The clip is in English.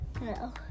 No